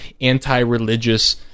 Anti-religious